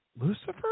Lucifer